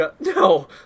No